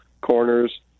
corners